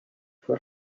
fue